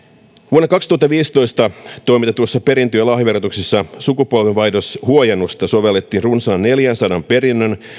vuonna kaksituhattaviisitoista toimitetussa perintö ja lahjaverotuksessa sukupolvenvaihdoshuojennusta sovellettiin runsaan neljäsataa perinnön